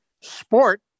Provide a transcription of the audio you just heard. sport